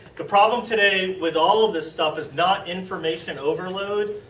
the problem today with all of this stuff is not information overload.